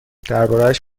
دربارهاش